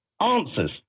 answers